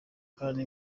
kandi